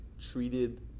treated